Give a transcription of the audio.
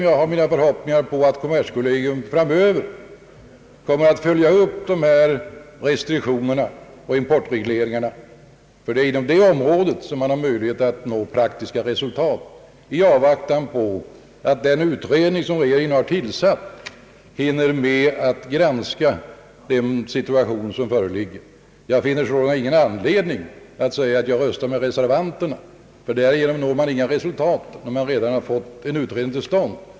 Jag har mina förhoppningar att kommerskollegium framöver kommer att följa upp de restriktioner och importregleringar som redan vidtagits i fråga om dessa områden, ty det är där man har möjlighet att nå praktiska resultat i avvaktan på att den utredning regeringen har tillsatt hinner med att granska den situation som föreligger. Jag finner sålunda ingen anledning att rösta med reservanterna, ty därigenom når man inga resultat när vi redan har fått en utredning till stånd.